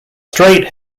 straight